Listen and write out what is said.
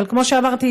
אבל כמו שאמרתי,